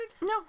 No